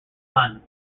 sun